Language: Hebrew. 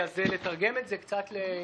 תודה.